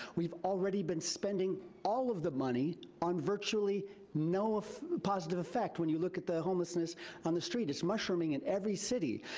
we've already been spending all of the money on virtually no positive affect when you look at the homelessness on the street. it's mushrooming in every city.